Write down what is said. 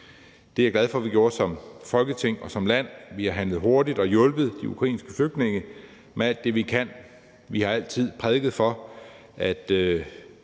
Det er jeg glad for at vi gjorde som Folketing og som land – vi har handlet hurtigt og hjulpet de ukrainske flygtninge med alt det, vi kan. Vi har altid prædiket, at